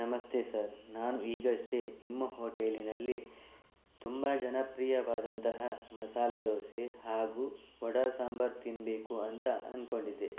ನಮಸ್ತೆ ಸರ್ ನಾನು ಈಗಷ್ಟೇ ನಿಮ್ಮ ಹೋಟೆಲಿನಲ್ಲಿ ತುಂಬ ಜನಪ್ರಿಯವಾದಂತಹ ಮಸಾಲೆ ದೋಸೆ ಹಾಗೂ ವಡೆ ಸಾಂಬಾರ್ ತಿನ್ನಬೇಕು ಅಂತ ಅಂದ್ಕೊಂಡಿದ್ದೆ